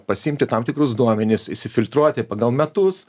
pasiimti tam tikrus duomenis išsifiltruoti pagal metus